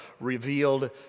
revealed